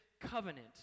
covenant